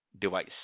device